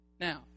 Now